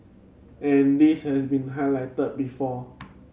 and this has been highlighted before